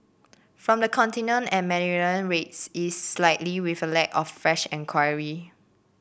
from the Continent and Mediterranean rates eased slightly with a lack of fresh enquiry